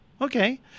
Okay